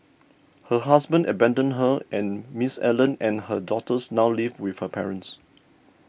her husband abandoned her and Miss Allen and her daughters now live with her parents